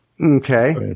Okay